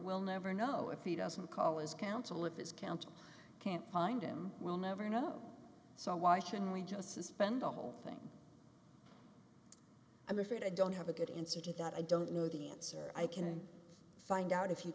we'll never know if he doesn't call his council if his council can't find him we'll never know so why should we just suspend the whole thing i'm afraid i don't have a good answer to that i don't know the answer i can find out if you